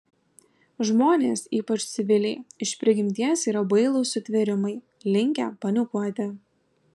žmonės ypač civiliai iš prigimties yra bailūs sutvėrimai linkę panikuoti